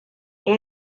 اون